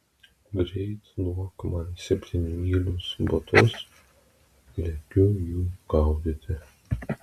greit duok man septynmylius batus lekiu jų gaudyti